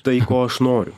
tai ko aš noriu